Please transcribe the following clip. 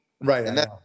Right